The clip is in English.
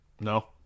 No